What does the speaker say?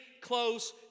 close